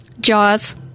Jaws